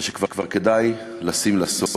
וכבר כדאי לשים לה סוף.